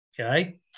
okay